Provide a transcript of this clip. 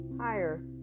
higher